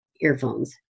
earphones